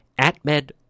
AtMed